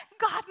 God